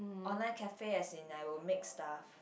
online cafe as in I will make stuff